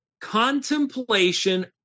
contemplation